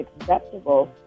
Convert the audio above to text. acceptable